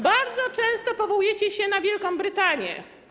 Bardzo często powołujecie się na Wielką Brytanię.